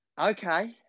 Okay